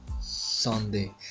Sunday